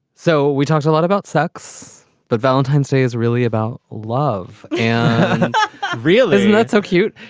so we talked a lot about sex but valentine's day is really about love and really isn't that so cute?